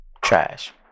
Trash